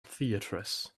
theatres